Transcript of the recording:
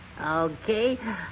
Okay